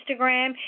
Instagram